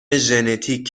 ژنتیک